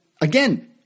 again